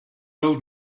old